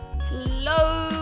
Hello